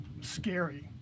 scary